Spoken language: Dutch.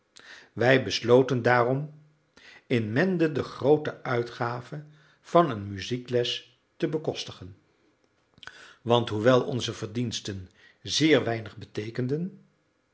wij besloten daarom in mende de groote uitgave van een muziekles te bekostigen want hoewel onze verdiensten zeer weinig beteekenden